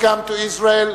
Welcome to Israel.